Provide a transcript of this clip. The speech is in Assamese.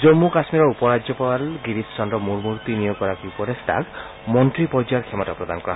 জম্মু কামীৰৰ উপ ৰাজ্যপাল গিৰীশ চন্দ্ৰ মুৰ্মুৰ তিনিওগৰাকী উপদেষ্টাক মন্ত্ৰী পৰ্যায়ৰ ক্ষমতা প্ৰদান কৰা হৈছে